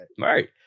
Right